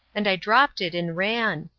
and i dropped it and ran.